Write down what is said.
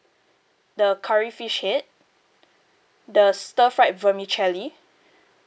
the curry fish head the stir fried vermicelli